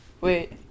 wait